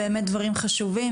באמת דברים חשובים,